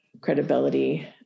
credibility